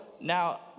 now